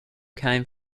came